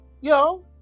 yo